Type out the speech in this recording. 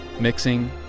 mixing